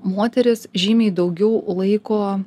moteris žymiai daugiau laiko